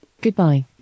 Goodbye